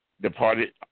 departed